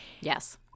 Yes